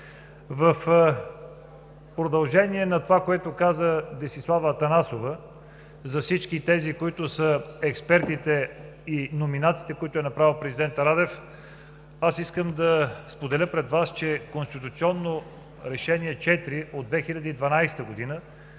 В продължение на това, което каза Десислава Атанасова, за всички тези, които са експертите, и номинациите, които е направил президентът Радев, аз искам да споделя пред Вас, че Конституционно решение № 4 от 2012 г.